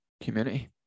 community